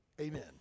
Amen